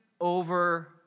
over